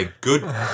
good